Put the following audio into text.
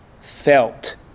felt